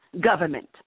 government